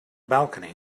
balcony